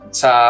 sa